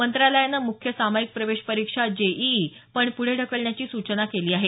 मंत्रालयानं मुख्य सामायिक प्रवेश परिक्षा जेईई पण पुढे ढकलण्याची सूचना केली आहे